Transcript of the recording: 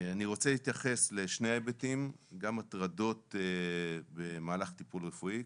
אני רוצה להתייחס לשני היבטים גם הטרדות במהלך טיפול רפואי,